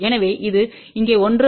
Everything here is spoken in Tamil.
எனவே அது இங்கே 1 ஆகும்